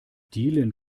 dielen